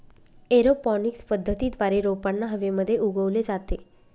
aeroponics पद्धतीद्वारे रोपांना हवेमध्ये उगवले जाते